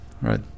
Right